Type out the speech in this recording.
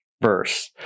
verse